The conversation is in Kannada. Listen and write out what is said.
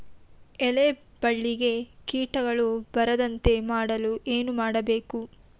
ಎಲೆ ಬಳ್ಳಿಗೆ ಕೀಟಗಳು ಬರದಂತೆ ಮಾಡಲು ಏನು ಮಾಡಬೇಕು?